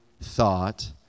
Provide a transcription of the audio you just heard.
thought